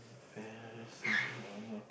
embarrassing moment